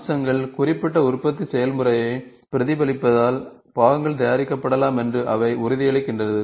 அம்சங்கள் குறிப்பிட்ட உற்பத்தி செயல்முறையை பிரதிபலிப்பதால் பாகங்கள் தயாரிக்கப்படலாம் என்று அவை உறுதியளிக்கின்றன